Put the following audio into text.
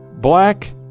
black